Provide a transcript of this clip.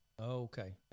Okay